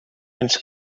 ens